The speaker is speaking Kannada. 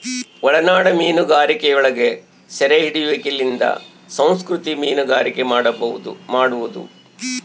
ಒಳನಾಡ ಮೀನುಗಾರಿಕೆಯೊಳಗ ಸೆರೆಹಿಡಿಯುವಿಕೆಲಿಂದ ಸಂಸ್ಕೃತಿಕ ಮೀನುಗಾರಿಕೆ ಮಾಡುವದು